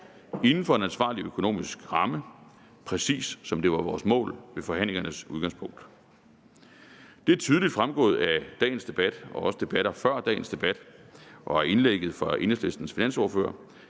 inden for en ansvarlig økonomisk ramme, præcis som det var vores mål ved forhandlingernes udgangspunkt. Det er tydeligt fremgået af dagens debat og også debatter før dagens debat og af indlægget fra Enhedslistens finansordfører,